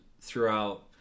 throughout